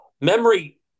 memory